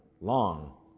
long